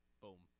Boom